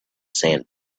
sand